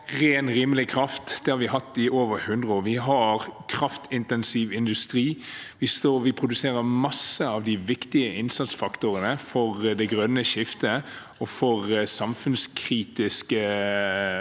ren, rimelig kraft. Det har vi hatt i over hundre år. Vi har kraftintensiv industri. Vi produserer mange av de viktige innsatsfaktorene for det grønne skiftet og for samfunnskritiske